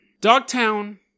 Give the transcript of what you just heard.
Dogtown